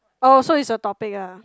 oh so it's a topic ah